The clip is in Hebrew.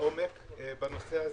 עומק בנושא הזה,